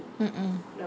mm mm